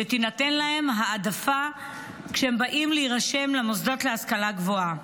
שתינתן להם העדפה כשהם באים להירשם למוסדות להשכלה גבוהה.